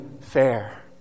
fair